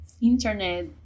internet